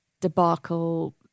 debacle